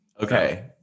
Okay